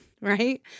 right